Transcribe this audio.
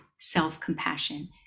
self-compassion